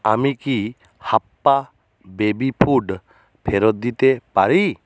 আমি কি হাপ্পা বেবি ফুড ফেরত দিতে পারি